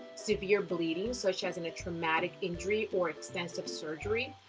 severe bleeding such as in a traumatic injury or extensive surgery.